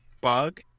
bug